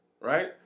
right